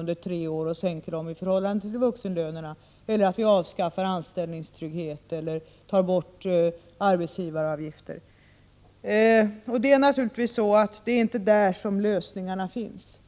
under tre år och sänks i förhållande till vuxenlönerna eller om anställningstryggheten avskaffas och arbetsgivaravgifterna tas bort. Det är naturligtvis inte där lösningarna finns.